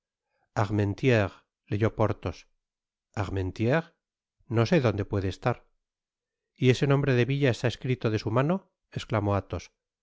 ármentirres leyó porthos armentieres no sé dónde puede estar y ese nombre de villa está escrito de su mano exclamó vthos